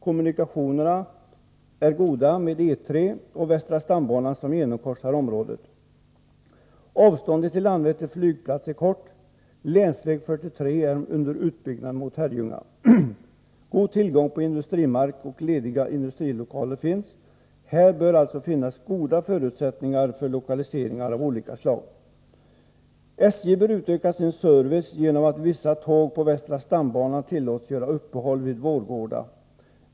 Kommunikationerna är goda med E3 och västra stambanan som genomkorsar området. Avståndet till Landvetter flygplats är kort. Länsväg 43 är under utbyggnad mot Herrljunga. God tillgång på industrimark och lediga industrilokaler finns. Här bör alltså finnas goda förutsättningar för lokaliseringar av olika slag. SJ bör utöka sin service genom att vissa tåg på västra stambanan tillåts göra uppehåll vid Vårgårda.